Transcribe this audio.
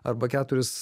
arba keturis